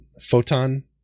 photon